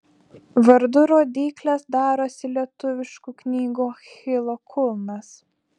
vardų rodyklės darosi lietuviškų knygų achilo kulnas